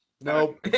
nope